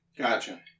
Gotcha